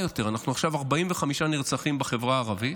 יותר: כבר עכשיו יש 45 נרצחים בחברה הערבית,